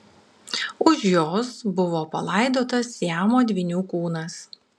už jos buvo palaidotas siamo dvynių kūnas